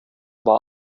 war